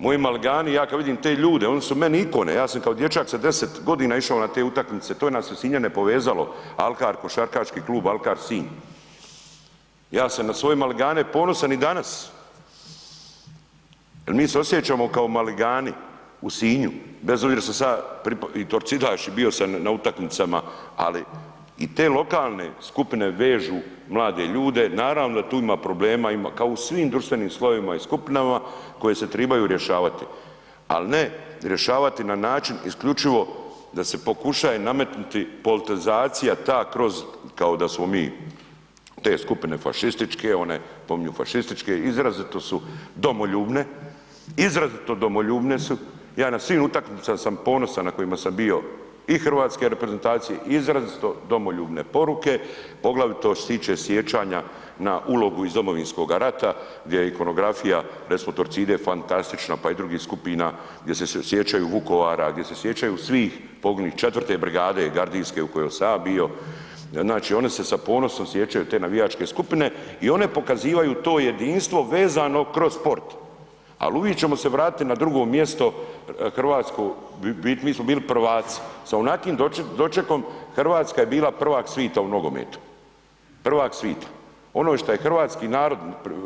Moji maligani, ja kad vidim te ljude, oni su meni ikone, ja sam kao dječak sa 10.g. išao na te utakmice, to nas je Sinjane povezalo, alkar, košarkaški klub Alkar Sinj, ja sam na svoje maligane ponosan i danas, mi se osjećamo kao maligani u Sinju bez obzira što sam se ja, i torcidaš i bio sam na utakmicama, ali i te lokalne skupine vežu mlade ljude, naravno da tu ima problema kao i u svim društvenim slojevima i skupinama koje se tribaju rješavati, al ne rješavati na način isključivo da se pokušaje nametnuti politizacija ta kroz kao da smo mi te skupine fašističke, one spominju fašističke, izrazito su domoljubne, izrazito domoljubne su, ja na svim utakmicama sam ponosan na kojima sam bio i hrvatske reprezentacije, izrazito domoljubne poruke, poglavito što se tiče sjećanja na ulogu iz domovinskoga rata gdje je ikonografija recimo Torcide fantastična, pa i drugih skupina gdje se sjećaju Vukovara, gdje se sjećaju svih poginulih, 4. brigade gardijske u kojoj sam ja bio, znači oni se sa ponosom sjećanju te navijačke skupine i one pokazivaju to jedinstvo vezano kroz sport, al uvik ćemo se vratiti na drugo mjesto hrvatsko, mi smo bili prvaci, sa onakvim dočekom RH je bila prvak svita u nogometu, prvak svita, ono što je hrvatski narod